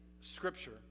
scripture